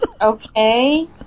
Okay